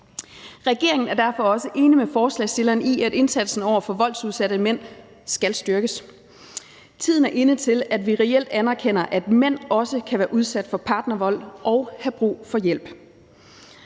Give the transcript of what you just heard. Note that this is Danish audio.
Regeringen er derfor også enig med forslagsstillerne i, at indsatsen over for voldsudsatte mænd skal styrkes. Tiden er inde til, at vi reelt anerkender, at mænd også kan være udsat for partnervold og have brug for hjælp.